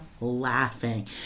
laughing